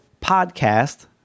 podcast